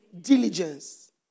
Diligence